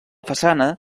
façana